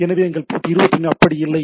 எனவே எங்கள் போர்ட் 21 அப்படி இல்லை